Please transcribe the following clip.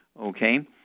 okay